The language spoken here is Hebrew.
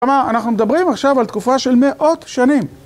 כלומר, אנחנו מדברים עכשיו על תקופה של מאות שנים.